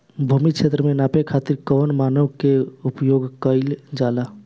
भूमि क्षेत्र के नापे खातिर कौन मानक के उपयोग कइल जाला?